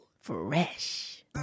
Fresh